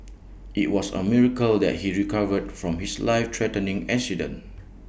IT was A miracle that he recovered from his life threatening accident